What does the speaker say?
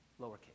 lowercase